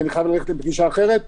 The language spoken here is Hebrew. כי אני חייב ללכת לפגישה אחרת.